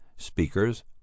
speakers